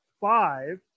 five